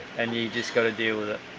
and you just gotta deal with it.